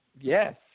Yes